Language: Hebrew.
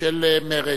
של מרצ.